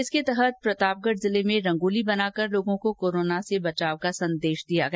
इसके तहत प्रतापगढ जिले में रंगोली बनाकर लोगों को कोरोना से बचाव का संदेश दिया गया